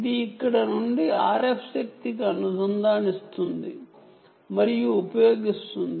ఇది ఇక్కడ నుండి RF శక్తిని అనుసంధానిస్తుంది మరియు ఉపయోగిస్తుంది